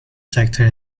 sector